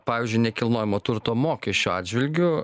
pavyzdžiui nekilnojamo turto mokesčių atžvilgiu